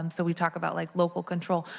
um so we talk about like local control.